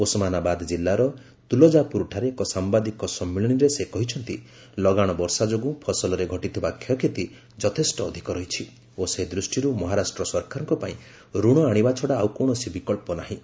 ଓସମାନାବାଦ ଜିଲ୍ଲାର ତୁଲଜାପୁରଠାରେ ଏକ ସାମ୍ଭାଦିକ ସମ୍ମିଳନୀରେ ସେ କହିଛନ୍ତି ଲଗାଶ ବର୍ଷା ଯୋଗୁଁ ଫସଲର ଘଟିଥିବା କ୍ଷୟକ୍ଷତି ଯଥେଷ୍ଟ ଅଧିକ ରହିଛି ଓ ସେ ଦୃଷ୍ଟିରୁ ମହାରାଷ୍ଟ୍ର ସରକାରଙ୍କ ପାଇଁ ଋଣ ଆଣିବା ଛଡ଼ା ଆଉ କୌଣସି ବିକଳ୍ପ ନାହିଁ